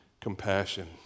compassion